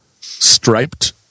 striped